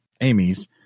Amy's